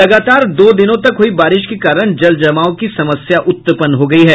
लगातार दो दिनों तक हुई बारिश के कारण जल जमाव की समस्या उत्पन्न हो गयी है